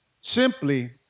simply